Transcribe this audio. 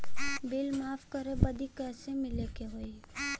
Bill माफ करे बदी कैसे मिले के होई?